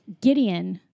Gideon